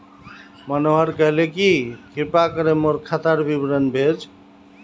मनोहर कहले कि कृपया करे मोर खातार विवरण भेज